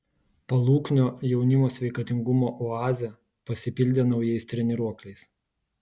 paluknio jaunimo sveikatingumo oazė pasipildė naujais treniruokliais